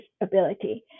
ability